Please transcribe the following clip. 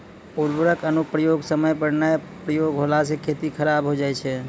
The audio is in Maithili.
उर्वरक अनुप्रयोग समय पर नाय प्रयोग होला से खेती खराब हो जाय छै